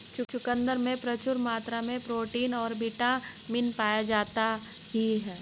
चुकंदर में प्रचूर मात्रा में प्रोटीन और बिटामिन पाया जाता ही